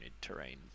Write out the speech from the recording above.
terrain